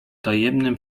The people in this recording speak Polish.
tajemnym